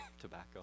tobacco